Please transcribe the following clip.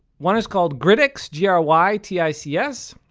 one is called grytics, g r y t i c s.